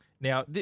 Now